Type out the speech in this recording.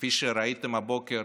וכפי שראיתם הבוקר,